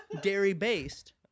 dairy-based